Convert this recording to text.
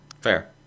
Fair